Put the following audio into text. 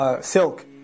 silk